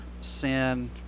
sin